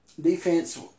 Defense